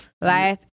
life